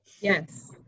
Yes